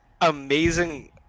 amazing